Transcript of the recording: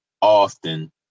often